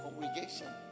congregation